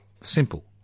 Simple